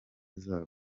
zabo